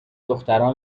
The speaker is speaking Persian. دخترها